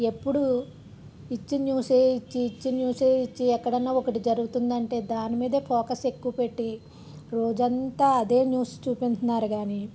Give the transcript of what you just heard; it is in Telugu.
ఎప్పుడు ఇచ్చిన న్యూసే ఇచ్చి ఇచ్చిన న్యూసే ఇచ్చి ఎక్కడన్నా ఒకటి జరుగుతుంది అంటే దాని మీద ఫోకస్ ఎక్కువ పెట్టి రోజంతా అదే న్యూస్ చూపింస్తున్నారు కానీ